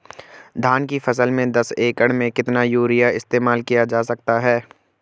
धान की फसल में दस एकड़ में कितना यूरिया इस्तेमाल किया जा सकता है?